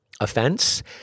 offense